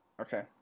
Okay